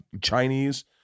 chinese